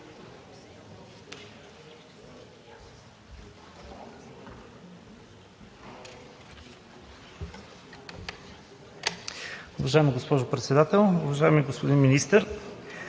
Уважаема госпожо Председател! Уважаеми господин Министър,